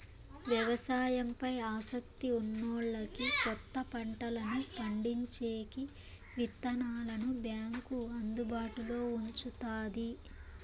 వ్యవసాయం పై ఆసక్తి ఉన్నోల్లకి కొత్త పంటలను పండించేకి విత్తనాలను బ్యాంకు అందుబాటులో ఉంచుతాది